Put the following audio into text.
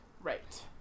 Right